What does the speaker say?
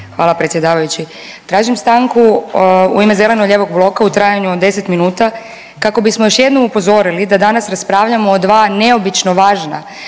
Hvala predsjedavajući. Tražim stanku u ime zeleno-lijevog bloka u trajanju od 10 minuta kako bismo još jednom upozorili da danas raspravljamo o dva neobično važna